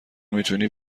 میتونی